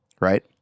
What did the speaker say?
right